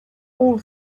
all